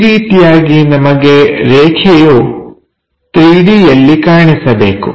ಈ ರೀತಿಯಾಗಿ ನಮಗೆ ರೇಖೆಯು 3D ಯಲ್ಲಿ ಕಾಣಿಸಬೇಕು